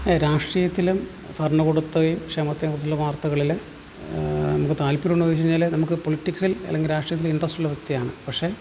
രാഷ്ട്രീയത്തിലും ഭരണകൂടത്തെയും ക്ഷേമത്തെയും കുറിച്ചുള്ള വാർത്തകളില് നമുക്ക് താൽപര്യമുണ്ടോ എന്ന് ചോദിച്ച് കഴിഞ്ഞാല് നമുക്ക് പൊളിറ്റിക്സിൽ അല്ലെങ്കിൽ രാഷ്ട്രീയത്തിൽ ഇൻട്രസ്റ്റുള്ള വ്യക്തിയാണ് പക്ഷെ